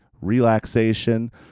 relaxation